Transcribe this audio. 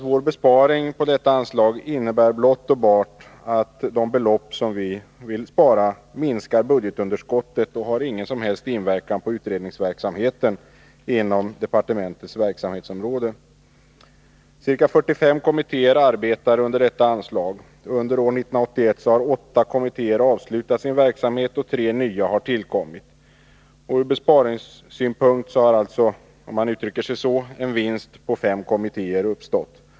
Vår besparing på detta anslag innebär blott och bart att de belopp som vi vill spara minskar budgetunderskottet, och det har ingen som helst inverkan på utredningsverksamheten inom departementets verksamhetsområde. Ca 45 kommittéer arbetar under detta anslag. Under år 1981 har 8 kommittéer avslutat sin verksamhet och 3 nya har tillkommit. Ur besparingssynpunkt har alltså — om man uttrycker sig så — en vinst på 5 kommittéer uppstått.